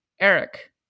Eric